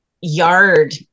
yard